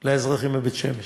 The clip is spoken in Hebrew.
יותר לאזרחים בבית-שמש,